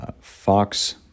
Fox